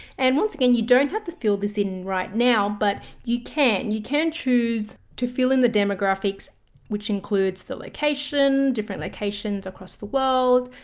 and once again you don't have to fill this in right now, but you can. you can choose to fill in the demographics which includes the location, different locations across the world,